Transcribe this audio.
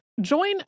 Join